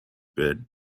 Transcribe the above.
bid